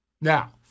Now